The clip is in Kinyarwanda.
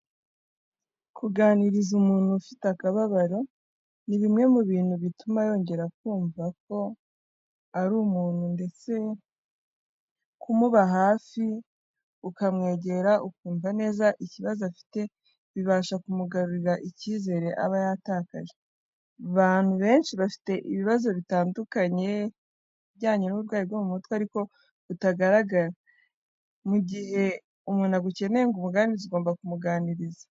Kuganiriza umuntu ufite akababaro ni bimwe mu bintu bituma yongera kumva ko ari umuntu ndetse kumuba hafi, ukamwegera ukumva neza ikibazo afite, bibasha kumugarurira icyizere aba yatakaje. Abantu benshi bafite ibibazo bitandukanye bijyanye n'uburwayi bwo mu mutwe, ariko utagaragara. Mu gihe umuntu agukeneye ngo umuganirize ugomba kumuganiriza.